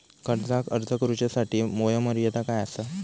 कर्जाक अर्ज करुच्यासाठी वयोमर्यादा काय आसा?